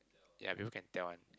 yea people can tell one